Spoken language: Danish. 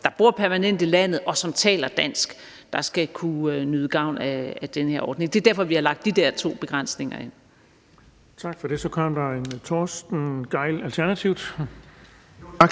der bor permanent i landet, og som taler dansk, der skal kunne nyde gavn af den her ordning. Det er derfor, vi har lagt de der to begrænsninger ind. Kl. 18:39 Den fg. formand (Erling